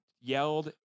yelled